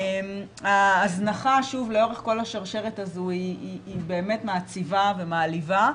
ההזנחה שוב לאורך כל השרשרת הזו היא באמת מעציבה ומעליבה,